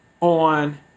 on